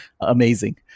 amazing